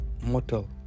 mortal